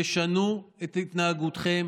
תשנו את התנהגותכם,